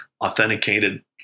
authenticated